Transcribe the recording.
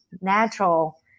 natural